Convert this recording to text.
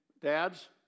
Dads